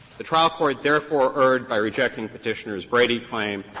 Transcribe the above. the trial court therefore erred by rejecting petitioner's brady claim,